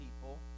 people